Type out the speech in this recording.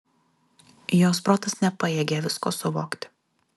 jos protas nepajėgė visko suvokti